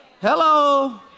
Hello